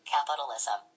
Capitalism